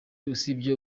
usibye